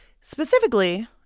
specifically